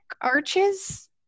arches